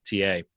TA